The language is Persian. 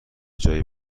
جایی